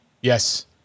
Yes